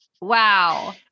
wow